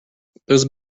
those